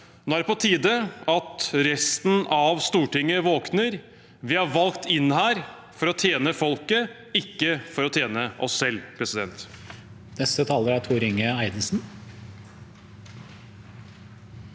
Nå er det på tide at resten av Stortinget våkner. Vi er valgt inn her for å tjene folket, ikke for å tjene oss selv. Tor Inge